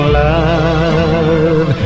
love